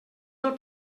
del